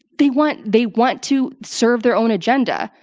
they want they want to serve their own agenda.